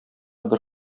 бер